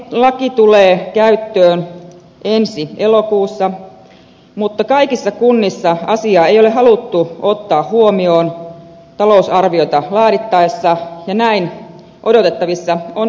laki tulee käyttöön ensi elokuussa mutta kaikissa kunnissa asiaa ei ole haluttu ottaa huomioon talousarviota laadittaessa ja näin odotettavissa on ongelmia